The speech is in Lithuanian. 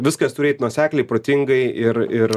viskas turėt nuosekliai protingai ir ir